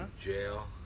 jail